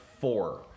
four